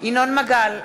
ינון מגל,